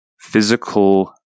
physical